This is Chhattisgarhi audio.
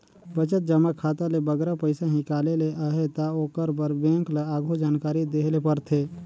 बचत जमा खाता ले बगरा पइसा हिंकाले ले अहे ता ओकर बर बेंक ल आघु जानकारी देहे ले परथे